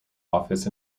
office